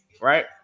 right